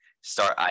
start